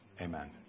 Amen